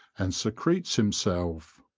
and secretes himself.